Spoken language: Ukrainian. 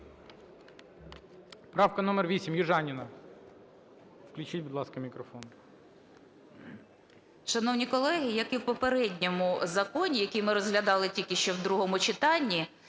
Правка номер 8, Южаніна. Включіть, будь ласка, мікрофон.